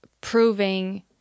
proving